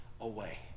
away